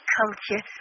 culture